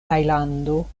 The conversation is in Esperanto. tajlando